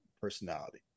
personality